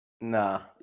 Nah